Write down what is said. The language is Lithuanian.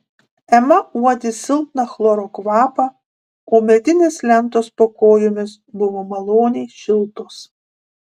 ema uodė silpną chloro kvapą o medinės lentos po kojomis buvo maloniai šiltos